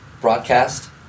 broadcast